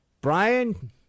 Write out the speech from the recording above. Brian